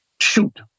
shoot